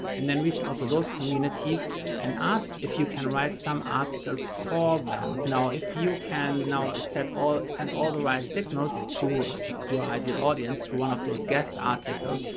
and then reach out to those communities and ask if you can write some articles for them. now, if you can now set all, send all the right signals to your ideal audience through one of those guest articles,